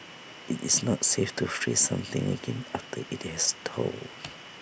IT is not safe to freeze something again after IT has thawed